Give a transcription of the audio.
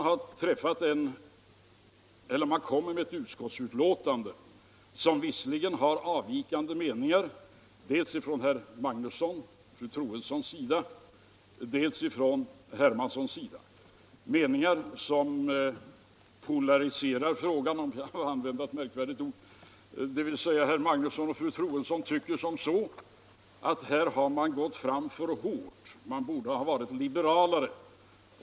Naturligtvis finns det avvikande meningar i utskottsbetänkandet, dels från herr Magnussons i Borås och fru Troedssons sida, dels från herr Hermanssons sida —- meningar som polariserar frågan, om jag får använda ett märkvärdigt ord. Herr Magnusson i Borås och fru Troedsson tycker att här har man gått fram för hårt — man borde ha varit liberalare.